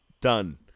Done